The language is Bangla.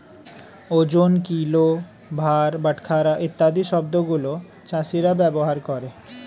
ওজন, কিলো, ভার, বাটখারা ইত্যাদি শব্দ গুলো চাষীরা ব্যবহার করে